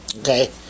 Okay